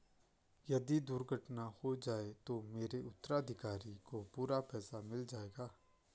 यदि दुर्घटना हो जाये तो मेरे उत्तराधिकारी को पूरा पैसा मिल जाएगा?